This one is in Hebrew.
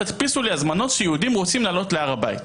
תדפיסו לי הזמנות שיהודים רוצים לעלות להר הבית.